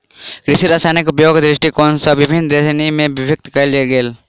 कृषि रसायनकेँ उपयोगक दृष्टिकोण सॅ विभिन्न श्रेणी मे विभक्त कयल गेल अछि